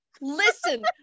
listen